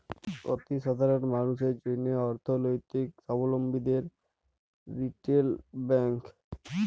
অতি সাধারল মালুসের জ্যনহে অথ্থলৈতিক সাবলম্বীদের রিটেল ব্যাংক